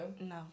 No